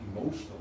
emotional